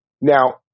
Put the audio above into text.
Now